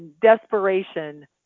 desperation